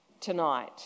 tonight